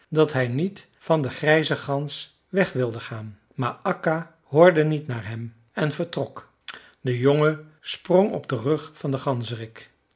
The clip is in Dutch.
dat hij niet van de grijze gans weg wilde gaan maar akka hoorde niet naar hem en vertrok de jongen sprong op den rug van den